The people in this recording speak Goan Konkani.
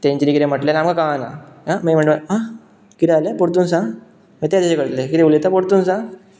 तांच्यांनी कितें म्हटलें काय आमकां कळना आं मागीर म्हणटा आं किदें जालें परतून सांग मागीर ते तशें करतलें किदें उलयता परतून सांग